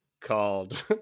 called